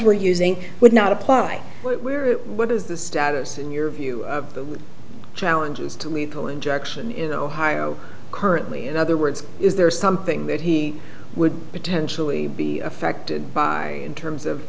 we're using would not apply where it what is the status in your view the challenges to lethal injection in ohio currently in other words is there something that he would potentially be affected by in terms of